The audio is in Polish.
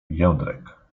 jędrek